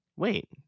Wait